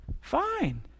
fine